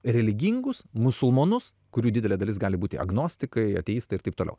religingus musulmonus kurių didelė dalis gali būti agnostikai ateistai ir taip toliau